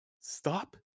stop